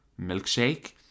milkshake